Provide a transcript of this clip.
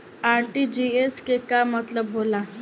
RTGS के का मतलब होला?